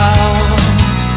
out